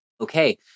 okay